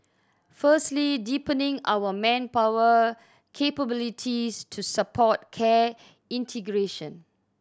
firstly deepening our manpower capabilities to support care integration